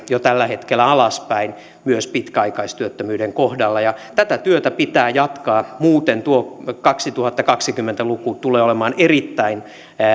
jo tällä hetkellä alaspäin myös pitkäaikaistyöttömyyden kohdalla tätä työtä pitää jatkaa muuten tuo kaksituhattakaksikymmentä luku tulee olemaan erittäin